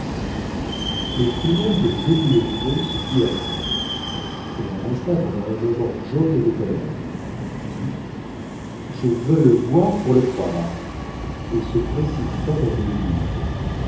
les prunelles de zélie levrault se dilatèrent elle resta pendant un moment jaune de colère dit je veux le voir pour le croire et se précipita dans l'église